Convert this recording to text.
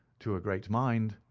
to a great mind,